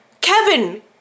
Kevin